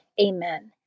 Amen